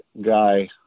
guy